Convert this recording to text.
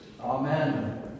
Amen